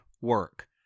work